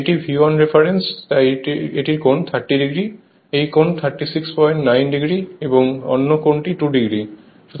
এটি V 1 reference তাই একটি কোণ 30⁰ এই কোণ 369⁰ এবং অন্য কোণটি 2⁰